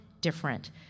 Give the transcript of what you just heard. different